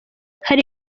hari